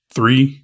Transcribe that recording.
Three